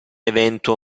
evento